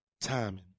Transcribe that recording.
timing